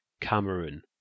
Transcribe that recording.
Cameroon